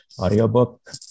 audiobook